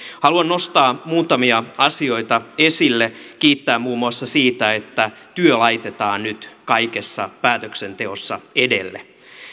haluan nostaa muutamia asioita esille kiittää muun muassa siitä että työ laitetaan nyt kaikessa päätöksenteossa edelle